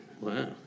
Wow